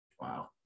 wow